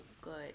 good